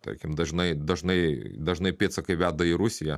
tarkim dažnai dažnai dažnai pėdsakai veda į rusiją